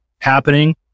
happening